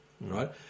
right